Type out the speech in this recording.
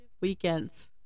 weekends